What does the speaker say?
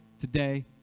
today